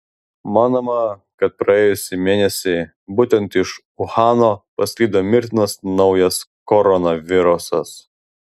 manoma kad praėjusį mėnesį būtent iš uhano pasklido mirtinas naujas koronavirusas